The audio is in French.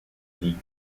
ligue